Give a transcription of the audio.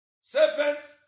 Serpent